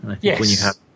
Yes